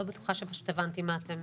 לא בטוחה שפשוט הבנתי מה אתם